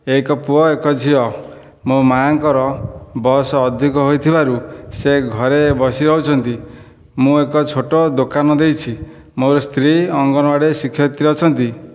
ଏକ ପୁଅ ଏକ ଝିଅ ମୋ ମା'ଙ୍କର ବୟସ ଅଧିକ ହୋଇଥିବାରୁ ସେ ଘରେ ବସି ରହୁଛନ୍ତି ମୁଁ ଏକ ଛୋଟ ଦୋକାନ ଦେଇଛି ମୋର ସ୍ତ୍ରୀ ଅଙ୍ଗନୱାଡ଼ି ଶିକ୍ଷୟତ୍ରୀ ଅଛନ୍ତି